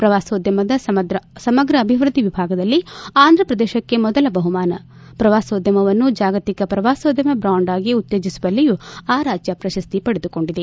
ಪ್ರವಾಸೋದ್ಯಮದ ಸಮಗ್ರ ಅಭಿವೃದ್ಧಿ ವಿಭಾಗದಲ್ಲಿ ಆಂಧಪ್ರದೇಶಕ್ಕೆ ಮೊದಲ ಬಹುಮಾನ ಪ್ರವಾಸೋದ್ಯಮವನ್ನು ಜಾಗತಿಕ ಪ್ರವಾಸೋದ್ಯಮ ಭ್ರಾಂಡ್ ಆಗಿ ಉತ್ತೇಜಿಸುವಲ್ಲಿಯೂ ಆ ರಾಜ್ಯ ಪ್ರಶಸ್ತಿ ಪಡೆದುಕೊಂಡಿದೆ